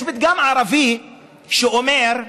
יש פתגם ערבי שאומר: